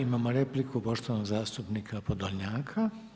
Imamo repliku poštovanog zastupnika Podolnjaka.